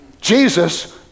Jesus